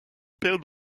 paire